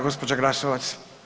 Gospođa Glasovac.